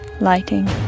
lighting